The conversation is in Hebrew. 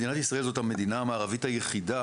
מדינת ישראל זו המדינה המערבית היחידה